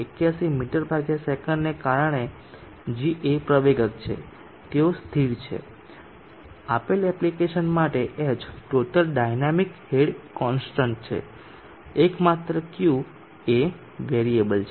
81 મી સેકન્ડને કારણે g એ પ્રવેગક છે તેઓ સ્થિર છે આપેલ એપ્લિકેશન માટે h total dynamic head constant છે એક માત્ર Q એ વેરીએબલ છે